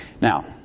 Now